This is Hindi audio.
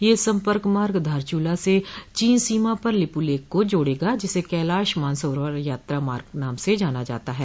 यह सम्पर्क मार्ग धारचुला से चीन सीमा पर लेपु लिक को जोड़ेगा जिसे कैलाश मानसरोवर यात्रा मार्ग नाम से जाना जाता है